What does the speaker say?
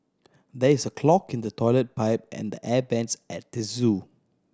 there is a clog in the toilet pipe and the air vents at the zoo